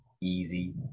easy